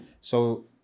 So-